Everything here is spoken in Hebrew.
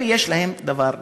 לאלה יש דבר אחר.